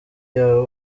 y’aba